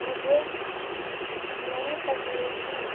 مجھے نئی تکنیکی